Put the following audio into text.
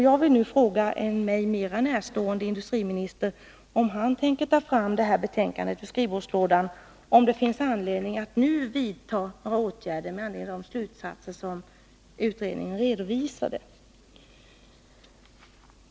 Jag vill nu fråga en mig mera närstående industriminister om han tänker ta fram detta betänkande ur skrivbordslådan och om det finns anledning att nu vidta några åtgärder med anledning av de slutsatser som utredningen redovisade.